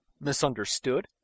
misunderstood